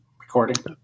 recording